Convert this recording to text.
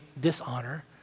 dishonor